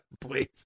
please